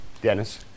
Dennis